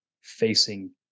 facing